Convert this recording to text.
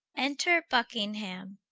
enter buckingham.